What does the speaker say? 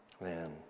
Man